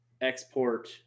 export